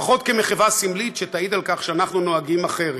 לפחות כמחווה סמלית שתעיד על כך שאנחנו נוהגים אחרת.